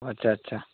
আচ্ছা আচ্ছা